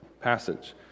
passage